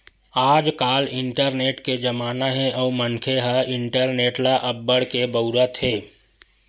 आजकाल इंटरनेट के जमाना हे अउ मनखे ह इंटरनेट ल अब्बड़ के बउरत हे